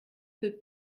peu